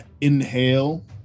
inhale